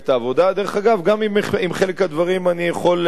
דרך אגב, עם חלק מהדברים אני גם יכול להסכים.